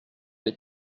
des